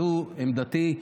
זו עמדתי,